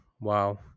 wow